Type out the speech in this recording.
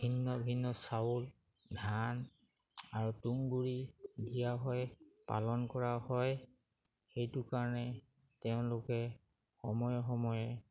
ভিন্ন ভিন্ন চাউল ধান আৰু তুঁহগুৰি দিয়া হয় পালন কৰা হয় সেইটো কাৰণে তেওঁলোকে সময়ে সময়ে